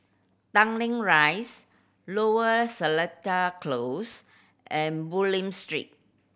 Tanglin Rise Lower Seletar Close and Bulim Street